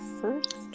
first